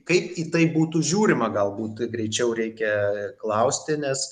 kaip į tai būtų žiūrima galbūt greičiau reikia klausti nes